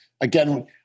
Again